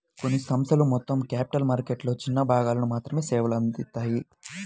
కొన్ని సంస్థలు మొత్తం క్యాపిటల్ మార్కెట్లలో చిన్న భాగాలకు మాత్రమే సేవలు అందిత్తాయి